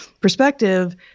perspective